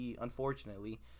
unfortunately